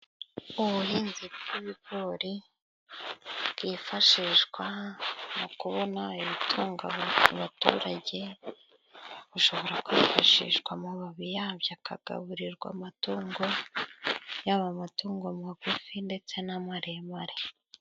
Ubuhinzi bw'ibigori bwifashishwa mu kubona ibitunga abaturage, bishobora kwifashishwa amababi yabyo akagaburirwa amatungo, yaba y'amatungo magufi ndetse n'amaremare.